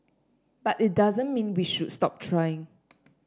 but it doesn't mean we should stop trying